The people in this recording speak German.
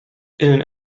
den